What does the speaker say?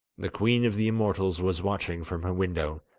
the queen of the immortals was watching from her window,